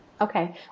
Okay